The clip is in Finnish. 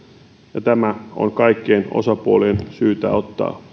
ja tämä on kaikkien osapuolien syytä ottaa